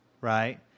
right